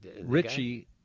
Richie